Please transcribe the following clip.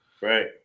Right